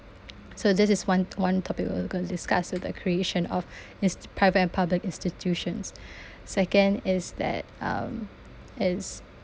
so this is one one topic we're gonna discuss is the creation of these private and public institutions second is that um is